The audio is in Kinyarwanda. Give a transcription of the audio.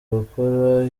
gukora